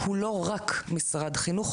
הוא לא רק משרד החינוך,